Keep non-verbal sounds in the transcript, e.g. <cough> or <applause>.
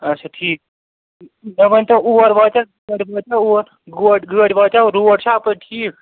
اچھا ٹھیٖک مےٚ ؤنۍتو اور واتیٛاہ <unintelligible> واتیٛاہ اور گوڑۍ گٲڑۍ واتیٛاہ روڈ چھا اَپٲرۍ ٹھیٖک